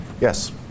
Yes